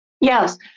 Yes